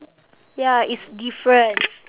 ya it's different